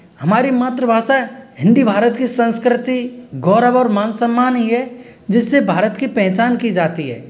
हमारी मातृभाषा हिंदी भारत की संस्कृति गौरव और मान सम्मान ही है जिससे भारत की पहचान की जाती है